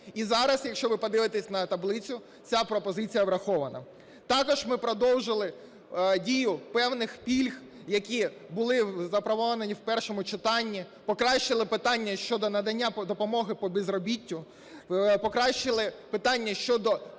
І зараз, якщо ви подивитеся на таблицю, ця пропозиція врахована. Також ми продовжили дію певних пільг, які були запропоновані в першому читанні, покращили питання щодо надання допомоги по безробіттю, покращили питання щодо,